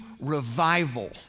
revival